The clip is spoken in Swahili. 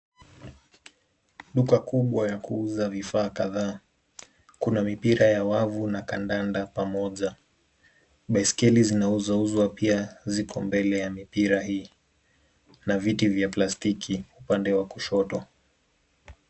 Duka kubwa ya kuuza vifaa kadhaa. Kuna mipira ya wavu na kandanda pamoja. Baiskeli zinauzwa uzua pia, ziko mbele ya mipira hii na viti vya plastiki upande wa kushoto.